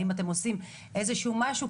האם אתם עושים איזשהו משהו,